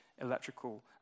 electrical